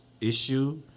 issue